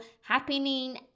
happening